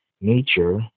nature